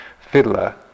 fiddler